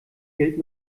gilt